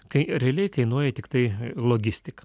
kai realiai kainuoja tiktai logistika